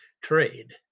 trade